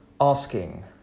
asking